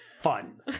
fun